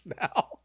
now